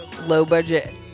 low-budget